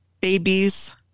babies